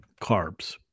carbs